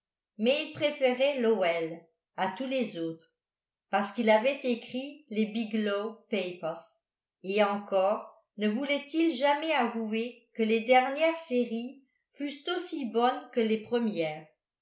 il préférait lowell à tous les autres parce qu'il avait écrit les biglow papers et encore ne voulut-il jamais avouer que les dernières séries fussent aussi bonnes que les premières